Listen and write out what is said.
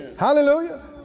Hallelujah